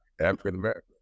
African-American